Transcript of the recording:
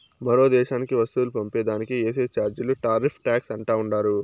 మరో దేశానికి వస్తువులు పంపే దానికి ఏసే చార్జీలే టార్రిఫ్ టాక్స్ అంటా ఉండారు